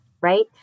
right